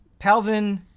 Palvin